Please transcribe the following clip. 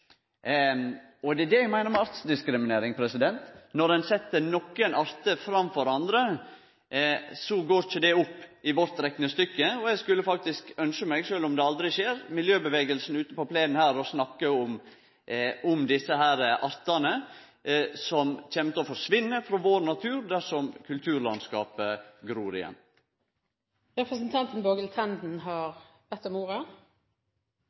Det er det eg meiner med artsdiskriminering; når ein set nokre artar framfor andre, går ikkje det opp i vårt reknestykke. Eg skulle faktisk ønskje meg – sjølv om det aldri skjer – at miljøbevegelsen var ute på plenen her og snakka om desse artane som kjem til å forsvinne frå vår natur dersom kulturlandskapet gror